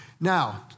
Now